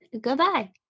Goodbye